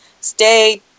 stay